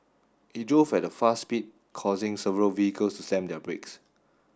he drove at a fast speed causing several vehicles to slam their brakes